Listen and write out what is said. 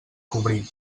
cobrir